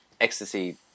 ecstasy